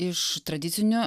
iš tradicinių